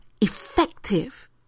effective